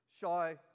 shy